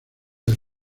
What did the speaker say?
del